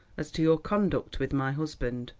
as to your conduct with my husband.